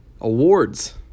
awards